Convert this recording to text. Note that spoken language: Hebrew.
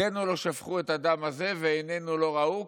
"ידינו לא שפכו את הדם הזה ועינינו לא ראו,